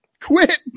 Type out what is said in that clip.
quit